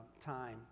time